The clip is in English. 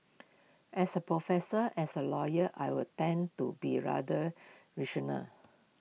as A professor as A lawyer I would tend to be rather rational